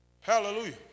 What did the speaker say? hallelujah